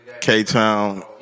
K-Town